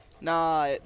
Nah